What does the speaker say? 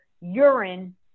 urine